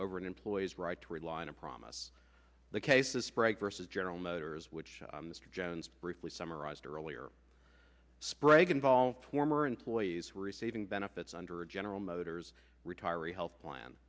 over an employee's right to rely on a promise the case has spread versus general motors which mr jones briefly summarized earlier spragg involved former employees receiving benefits under general motors retiree health plan